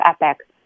EPIC